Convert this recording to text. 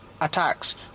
attacks